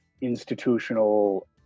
institutional